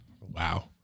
Wow